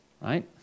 right